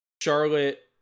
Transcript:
Charlotte